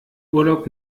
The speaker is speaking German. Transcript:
urlaub